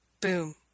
boom